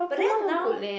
but then now